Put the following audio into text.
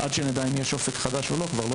עד שנדע אם יש אופק חדש או לא כבר לא